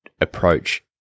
approach